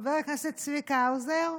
חבר הכנסת צביקה האוזר,